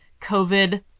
COVID